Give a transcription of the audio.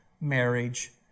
marriage